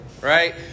right